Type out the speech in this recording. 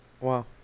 Wow